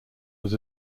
was